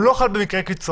הוא לא חל במקרה קיצון.